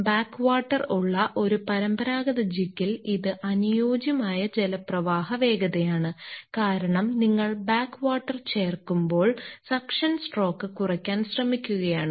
back water ഉള്ള ഒരു പരമ്പരാഗത ജിഗിൽ ഇത് അനുയോജ്യമായ ജലപ്രവാഹ വേഗതയാണ് കാരണം നിങ്ങൾ ബാക്ക് വാട്ടർ ചേർക്കുമ്പോൾ സക്ഷൻ സ്ട്രോക്ക് കുറയ്ക്കാൻ ശ്രമിക്കുകയാണ്